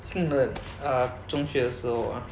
进了 uh 中学的时候 ah